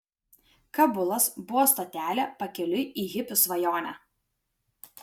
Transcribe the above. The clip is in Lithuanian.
kabulas buvo stotelė pakeliui į hipių svajonę